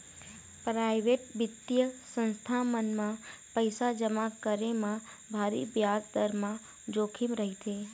private बित्तीय संस्था मन म पइसा जमा करे म भारी बियाज दर म जोखिम रहिथे